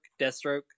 Deathstroke